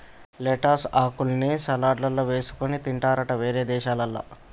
lettuce ఆకుల్ని సలాడ్లల్ల వేసుకొని తింటారట వేరే దేశాలల్ల